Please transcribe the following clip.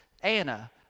Anna